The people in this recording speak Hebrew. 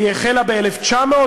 היא החלה ב-1920.